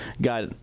got